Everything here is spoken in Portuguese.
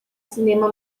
cinema